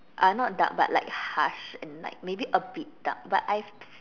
uh not dark but like harsh and like maybe a bit dark but I